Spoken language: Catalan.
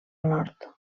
nord